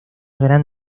gran